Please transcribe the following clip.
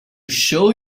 show